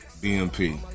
BMP